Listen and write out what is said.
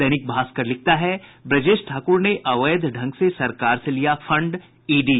दैनिक भास्कर लिखता है ब्रजेश ठाकुर ने अवैध ढंग से सरकार से लिया फंड ईडी